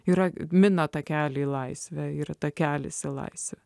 yra mina takelį į laisvę ir takelis į laisvę